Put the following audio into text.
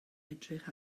edrych